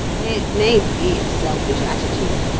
it may be a selfish attitude,